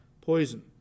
poison